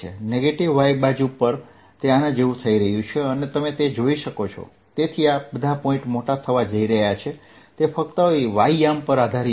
negative y બાજુ પર તે આના જેવું થઈ રહ્યું છે અને તમે તે જોઈ શકો છો તેથી આ બધા પોઇન્ટ મોટા થવા જઈ રહ્યા છે તે ફક્ત y યામ પર આધારિત છે